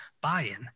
buy-in